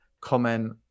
comment